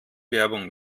werbung